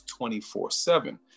24-7